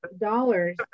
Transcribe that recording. dollars